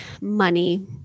money